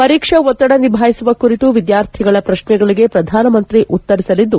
ಪರೀಕ್ಷೆ ಒತ್ತಡ ನಿಭಾಯಿಸುವ ಕುರಿತು ವಿದ್ವಾರ್ಥಿಗಳ ಶ್ರಕ್ಷೆಗಳಿಗೆ ಶ್ರಧಾನ ಮಂತ್ರಿ ಉತ್ತರಿಸಲಿದ್ದು